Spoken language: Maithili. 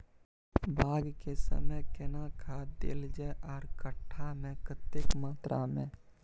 बाग के समय केना खाद देल जाय आर कट्ठा मे कतेक मात्रा मे?